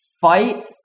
fight